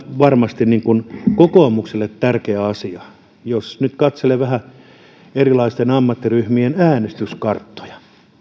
varmasti kokoomukselle tärkeä asia jos nyt katselen vähän erilaisten ammattiryhmien äänestyskarttoja